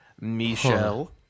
Michelle